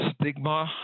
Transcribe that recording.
stigma